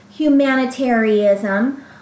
humanitarianism